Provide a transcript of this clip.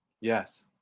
Yes